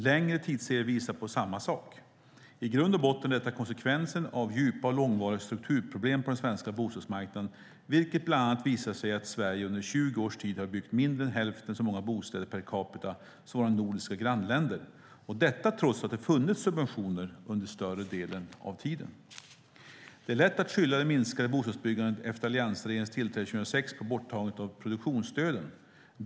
Längre tidsserier visar samma sak. I grund och botten är detta konsekvensen av djupa och långvariga strukturproblem på den svenska bostadsmarknaden, vilket bland annat visar sig i att Sverige under 20 års tid har byggt mindre än hälften så många bostäder per capita som våra nordiska grannländer, och detta trots att det funnits subventioner under större delen av tiden. Det är lätt att skylla det minskade bostadsbyggandet efter alliansregeringens tillträde 2006 på borttagandet av produktionsstöden.